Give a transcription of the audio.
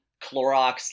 Clorox